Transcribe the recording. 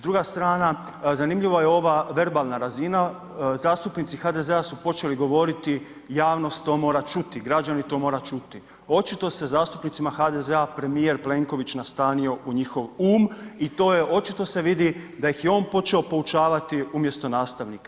Druga strana, zanimljiva je ova verbalna razina, zastupnici HDZ-a su počeli govoriti javnost to mora čuti, građani to moraju čuti, očito se zastupnicima HDZ-a premijer Plenković nastanio u njihov um i to je očito se vidi da ih je on počeo poučavati umjesto nastavnika.